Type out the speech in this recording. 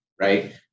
right